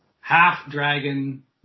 half-dragon